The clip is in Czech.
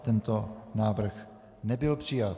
Tento návrh nebyl přijat.